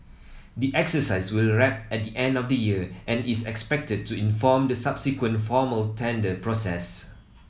the exercise will wrap at the end of the year and is expected to inform the subsequent formal tender process